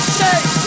shake